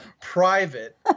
private